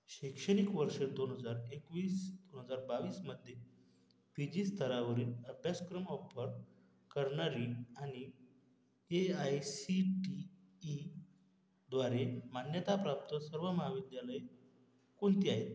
शैक्षणिक वर्ष दोन हजार एकवीस दोन हजार बावीसमध्ये पी जी स्तरावरील अभ्यासक्रम ऑफर करणारी आणि A I C T E द्वारे मान्यताप्राप्त सर्व महाविद्यालये कोणती आहेत